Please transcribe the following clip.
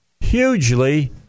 hugely